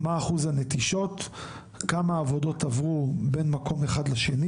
מה אחוז הנטישות כמה עובדים עברו ממקום אחד לשני